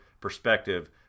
perspective